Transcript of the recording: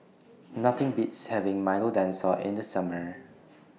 Nothing Beats having Milo Dinosaur in The Summer